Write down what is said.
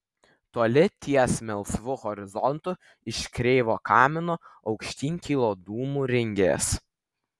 toli ties melsvu horizontu iš kreivo kamino aukštyn kilo dūmų ringės